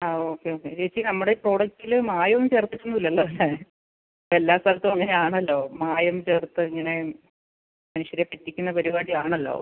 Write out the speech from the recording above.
ആ okay okay ചേച്ചി നമ്മുടെ ഈ പ്രോഡക്റ്റിൽ മായമൊന്നും ചേർത്തിട്ടൊന്നും ഇല്ലല്ലോ അല്ലേ എല്ലാ സ്ഥലത്തും അങ്ങനെ ആണല്ലോ മായം ചേർത്ത് ഇങ്ങനെ മനുഷ്യരെ പറ്റിക്കുന്ന പരിപാടി ആണല്ലോ